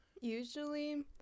Usually